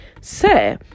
Sir